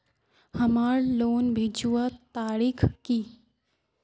हमार लोन भेजुआ तारीख की?